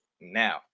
now